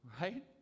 right